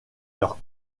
leur